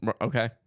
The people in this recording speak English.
Okay